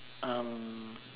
um